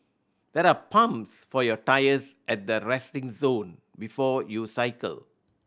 there are pumps for your tyres at the resting zone before you cycle